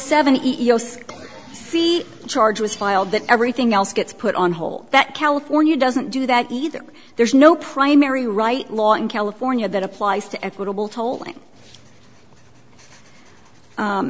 ios see charges filed that everything else gets put on hold that california doesn't do that either there's no primary right law in california that applies to equitable tolling